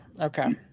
okay